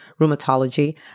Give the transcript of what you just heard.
Rheumatology